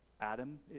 Adam